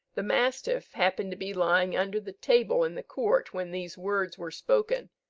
the mastiff happened to be lying under the table in the court when these words were spoken,